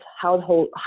household